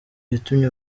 yatumye